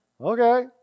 Okay